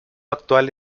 actual